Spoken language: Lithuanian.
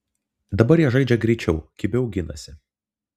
dabar jie žaidžia greičiau kibiau ginasi